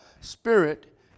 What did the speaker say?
spirit